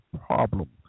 problem